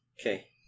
Okay